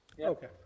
Okay